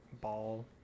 ball